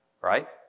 right